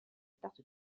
tarte